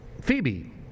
Phoebe